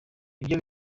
ibyo